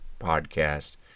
podcast